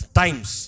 times